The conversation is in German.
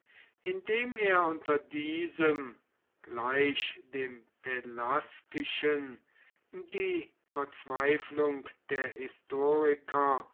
indem er unter diesem gleich dem pelasgischen die verzweiflung der historiker